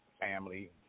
family